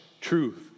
truth